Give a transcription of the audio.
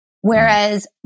Whereas